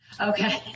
Okay